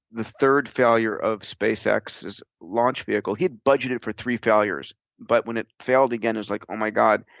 the third failure of spacex's launch vehicle he had budgeted for three failures, but when it failed again, it was like, oh, my god.